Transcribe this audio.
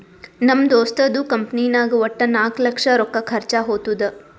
ನಮ್ ದೋಸ್ತದು ಕಂಪನಿನಾಗ್ ವಟ್ಟ ನಾಕ್ ಲಕ್ಷ ರೊಕ್ಕಾ ಖರ್ಚಾ ಹೊತ್ತುದ್